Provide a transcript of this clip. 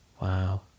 Wow